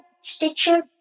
Stitcher